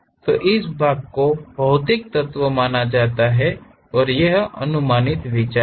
तो इस भाग को भौतिक तत्व माना जाता है और ये अनुमानित विचार हैं